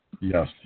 Yes